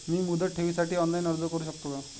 मी मुदत ठेवीसाठी ऑनलाइन अर्ज करू शकतो का?